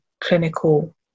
clinical